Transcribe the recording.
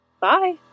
Bye